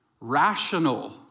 rational